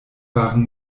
waren